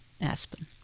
aspen